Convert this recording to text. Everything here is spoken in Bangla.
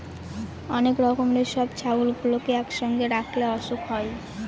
অনেক রকমের সব ছাগলগুলোকে একসঙ্গে রাখলে অসুখ হয়